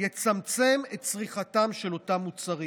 תצמצם את צריכתם של אותם מוצרים.